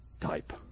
type